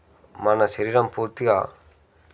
మన శరీరం పూర్తిగా